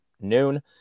noon